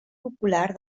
popular